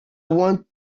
want